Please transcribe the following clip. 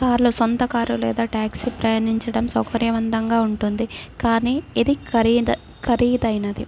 కారులో సొంత కారు లేదా ట్యాక్సీ ప్రయాణించడం సౌకర్యవందంగా ఉంటుంది కానీ ఇది ఖరీద ఖరీదైనది